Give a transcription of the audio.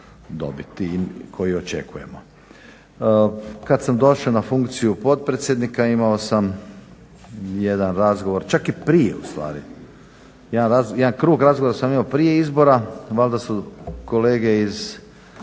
dobiti i koji očekujemo. Kada sam došao na funkciju potpredsjednika imao sam jedan razgovor, čak i prije ustvari, jedan krug razgovora sam imao prije izbora valjda su kolege iz